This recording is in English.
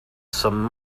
some